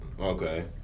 Okay